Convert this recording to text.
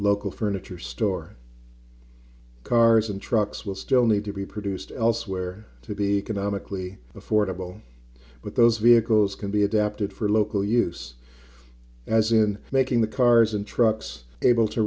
local furniture store cars and trucks will still need to be produced elsewhere to be canonically affordable but those vehicles can be adapted for local use as in making the cars and trucks able to